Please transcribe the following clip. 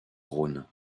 rhône